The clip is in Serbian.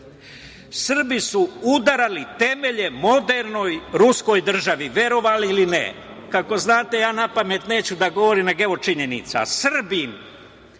Srbi su udarali temelje modernoj ruskoj državi, verovali ili ne. Kako znate, ja napamet neću da govorim, nego ove činjenica. Srbin